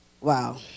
Wow